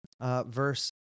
verse